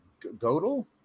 Godel